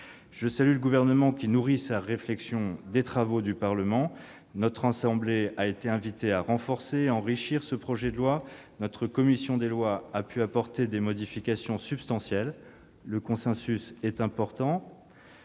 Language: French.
Je salue le Gouvernement qui nourrit sa réflexion des travaux du Parlement. Notre assemblée a été invitée à renforcer et à enrichir ce projet de loi, et la commission des lois a pu apporter des modifications substantielles. Les points